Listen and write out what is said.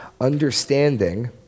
Understanding